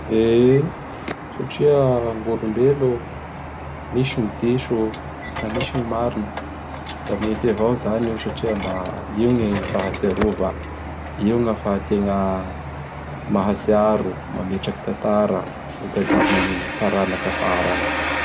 E! Satria gny olombelo misy gny diso da misy gny marina. Da mety avao izany io satria gny mba fahatsirova; io gn' ahafahategna mahatsiaro; mametraky tatara ho tadidin'ny taranaky afara agny.